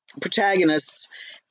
protagonists